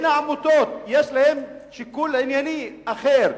אם לעמותות יש שיקול ענייני אחר,